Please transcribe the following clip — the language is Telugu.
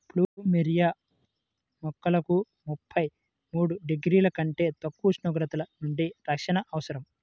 ప్లూమెరియా మొక్కలకు ముప్పై మూడు డిగ్రీల కంటే తక్కువ ఉష్ణోగ్రతల నుండి రక్షణ అవసరం